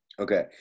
Okay